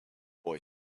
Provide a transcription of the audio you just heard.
boy